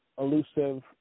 elusive